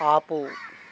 ఆపు